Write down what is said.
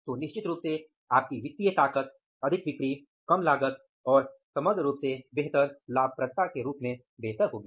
तो निश्चित रूप से आपकी वित्तीय ताकत अधिक बिक्री कम लागत और समग्र रूप से बेहतर लाभप्रदता के रूप में बेहतर होगी